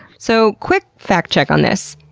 so quick fact check on this.